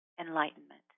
enlightenment